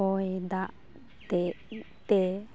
ᱦᱚᱭ ᱫᱟᱜ ᱛᱮ ᱛᱮ